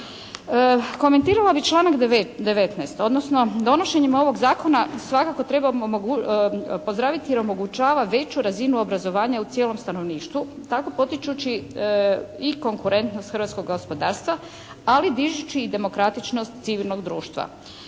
Komentirala bih članak 19., odnosno donošenjem ovog Zakona svakako trebamo pozdraviti jer omogućava veću razinu obrazovanja u cijelom stanovništvu, tako potičući i konkurentnost hrvatskog gospodarstva, ali dižući i demokratičnost civilnog društva.